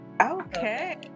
okay